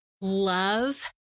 love